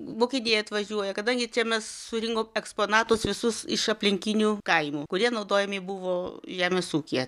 mokiniai atvažiuoja kadangi čia mes surinkom eksponatus visus iš aplinkinių kaimų kurie naudojami buvo žemės ūkyje